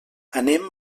anem